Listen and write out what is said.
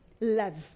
Love